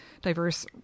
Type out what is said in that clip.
diverse